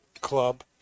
club